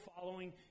following